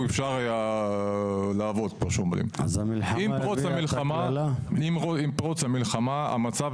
אני מדבר על אנשים שנכנסו כתיירים והם מבקשים שינוי מעמד.